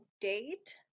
date